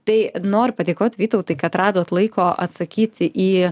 tai noriu padėkot vytautui kad radot laiko atsakyti į